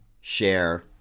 share